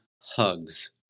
hugs